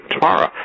tomorrow